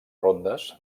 rondes